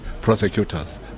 prosecutors